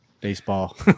Baseball